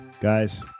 guys